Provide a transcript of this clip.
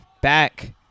back